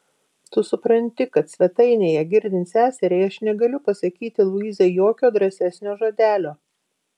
tu supranti kad svetainėje girdint seseriai aš negaliu pasakyti luizai jokio drąsesnio žodelio